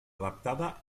adaptada